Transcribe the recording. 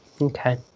Okay